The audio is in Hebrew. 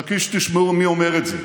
חכי שתשמעו מי אומר את זה.